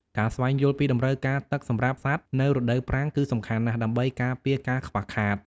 ការស្វែងយល់ពីតម្រូវការទឹកសម្រាប់សត្វនៅរដូវប្រាំងគឺសំខាន់ណាស់ ដើម្បីការពារការខ្វះខាត។